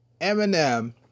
Eminem